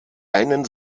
einen